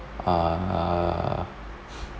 err